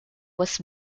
was